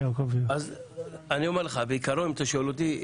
אני אומר לך, בעיקרון אם אתה שואל אותי,